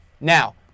Now